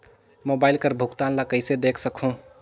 Mobile कर भुगतान ला कइसे देख सकहुं?